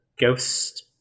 ghost